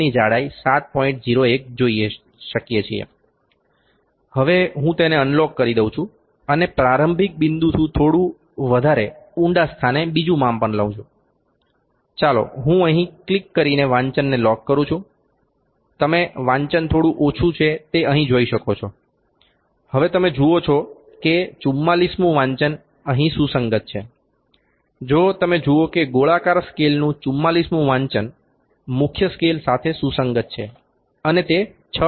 01 જોઈ શકીએ છીએ હવે હું તેને અનલોક કરી દઉ છું અને પ્રારંભિક બિંદુથી થોડું વધારે ઊંડા સ્થાને બીજું માપન લઉ છું ચાલો હું અહીં ક્લિક કરીને વાંચનને લોક કરું છું તમે વાંચન થોડુ ઓછુ છે તે અહીં જોઈ શકો છો હવે તમે જુઓ છો કે 44મુ વાંચન અહીં સુસંગત છે જો તમે જુઓ કે ગોળાકાર સ્કેલનું 44મુ વાંચન મુખ્ય સ્કેલ સાથે સુસંગત છે અને તે 6